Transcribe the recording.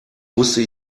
musste